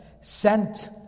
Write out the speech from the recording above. sent